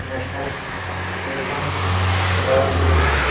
national museum doll museum